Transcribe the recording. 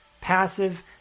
passive